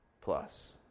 plus